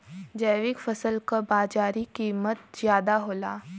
जैविक फसल क बाजारी कीमत ज्यादा होला